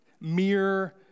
mere